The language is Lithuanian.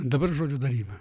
dabar žodžių daryba